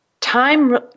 time